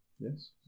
yes